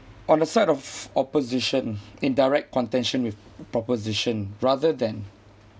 on the side of opposition in direct contention with proposition rather than